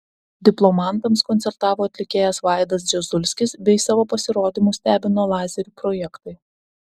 diplomantams koncertavo atlikėjas vaidas dzežulskis bei savo pasirodymu stebino lazerių projektai